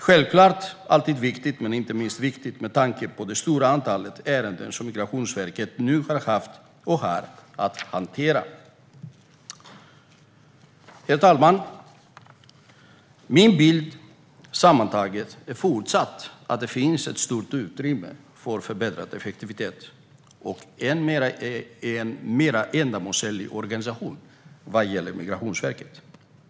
Självklart är detta alltid viktigt, inte minst med tanke på det stora antal ärenden som Migrationsverket nu har haft, och fortfarande har, att hantera. Herr talman! Sammantaget är min bild fortsatt att det finns ett stort utrymme för förbättrad effektivitet och en mer ändamålsenlig organisation vad gäller Migrationsverket.